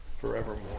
forevermore